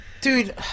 Dude